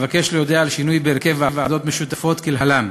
אבקש להודיע על שינוי בהרכב ועדות משותפות כלהלן: